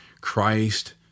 Christ